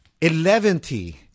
Eleventy